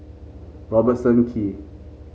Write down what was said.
Robertson Quay